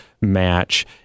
match